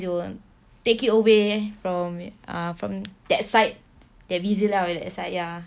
it will take you away from ah from that side that busy lah that side ya